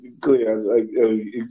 clear